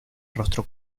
rostro